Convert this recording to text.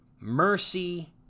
mercy